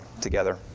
together